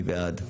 מי בעד?